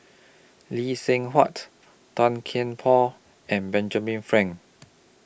Lee Seng Huat Tan Kian Por and Benjamin Frank